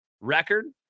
record